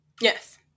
Yes